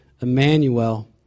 Emmanuel